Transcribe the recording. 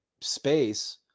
space